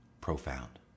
profound